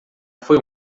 foi